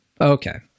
Okay